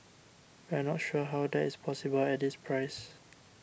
we're not sure how that is possible at this price